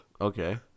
Okay